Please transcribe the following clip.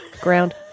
Ground